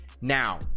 now